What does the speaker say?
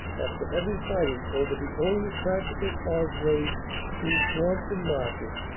after heavy fighting over the only practical causeways through swamps and marshes,